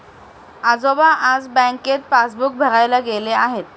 आजोबा आज बँकेत पासबुक भरायला गेले आहेत